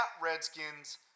Redskins